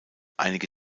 einige